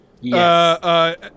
Yes